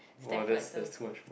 stamp collector book